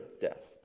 death